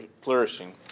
flourishing